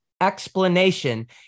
explanation